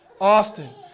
often